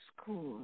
school